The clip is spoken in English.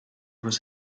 was